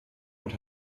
und